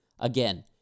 Again